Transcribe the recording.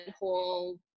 whole